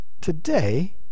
today